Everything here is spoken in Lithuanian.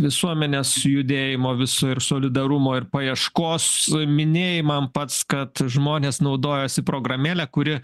visuomenės judėjimo vis ir solidarumo ir paieškos minėjimam pats kad žmonės naudojasi programėle kuri